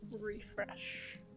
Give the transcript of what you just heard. refresh